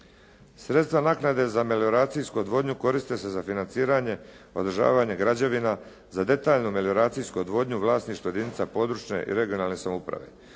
Sredstva naknade za melioracijsku odvodnju koriste se za financiranje održavanja građevina za detaljnu melioracijsku odvodnju vlasništva jedinica područne i regionalne samouprave.